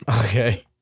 Okay